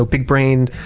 big brains,